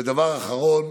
דבר אחרון: